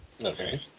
Okay